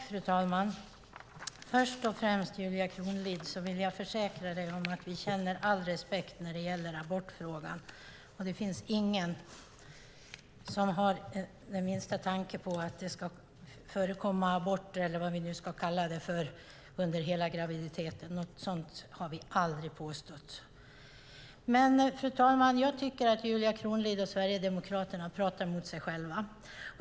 Fru talman! Först och främst vill jag försäkra dig, Julia Kronlid, om att vi känner all respekt när det gäller abortfrågan. Det finns ingen som har minsta tanke på att det ska förekomma aborter, eller vad vi nu ska kalla det, under hela graviditeten. Något sådant har vi aldrig sagt. Jag tycker att Julia Kronlid och Sverigedemokraterna säger emot sig själva.